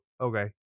Okay